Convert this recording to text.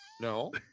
No